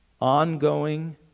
ongoing